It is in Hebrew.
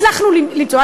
הצלחנו למצוא.